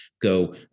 go